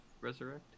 resurrect